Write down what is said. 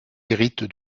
hérite